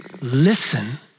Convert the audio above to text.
listen